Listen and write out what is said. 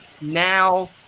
now